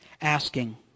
Asking